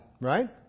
Right